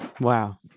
wow